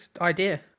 idea